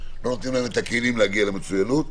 לא נותנים לכם את הכלים להגיע למצוינות.